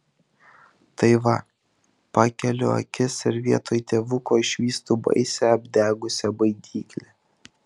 tai va pakeliu akis ir vietoj tėvuko išvystu baisią apdegusią baidyklę